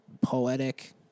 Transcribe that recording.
poetic